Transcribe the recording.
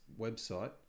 website